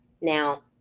Now